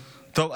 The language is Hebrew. טוב,